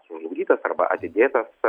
sužlugdytas arba atidėtas